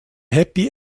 happy